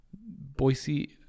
Boise